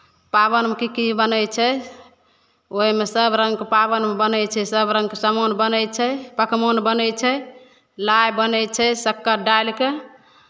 पाबनिमे की की बनै छै ओहिमे सभ रङ्गके पाबनिमे बनै छै सभ रङ्गके सामान बनै छै पकवान बनै छै लाइ बनै छै शक्कर डालि कऽ